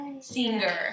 Singer